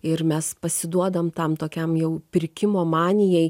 ir mes pasiduodam tam tokiam jau pirkimo manijai